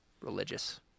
religious